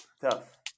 Tough